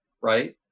Right